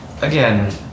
Again